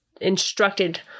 instructed